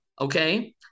okay